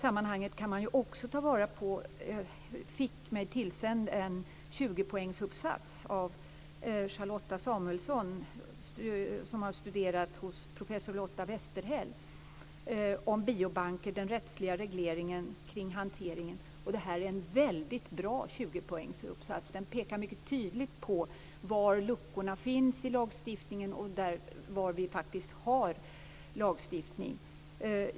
Jag fick mig tillsänd en 20-poängsuppsats av Charlotta Samuelsson, som har studerat hos professor Lotta Westerhäll. Den handlar om biobanker och den rättsliga regleringen kring hanteringen av dem. Det är en mycket bra 20-poängsuppsats. Den pekar tydligt på var luckorna finns i lagstiftningen och på den lagstiftning som faktiskt finns.